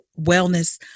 wellness